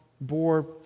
bore